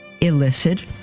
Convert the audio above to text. illicit